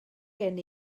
gen